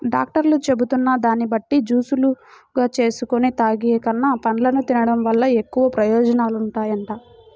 డాక్టర్లు చెబుతున్న దాన్ని బట్టి జూసులుగా జేసుకొని తాగేకన్నా, పండ్లను తిన్డం వల్ల ఎక్కువ ప్రయోజనాలుంటాయంట